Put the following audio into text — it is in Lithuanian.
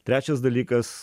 trečias dalykas